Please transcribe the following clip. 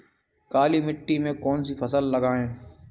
काली मिट्टी में कौन सी फसल लगाएँ?